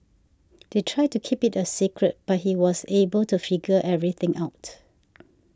they tried to keep it a secret but he was able to figure everything out